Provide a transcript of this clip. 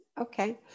Okay